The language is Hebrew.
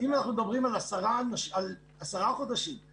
אם אנחנו מדברים על 10 חודשים,